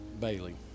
Bailey